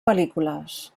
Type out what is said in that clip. pel·lícules